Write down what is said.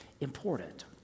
important